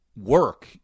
work